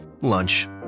Lunch